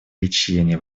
лечения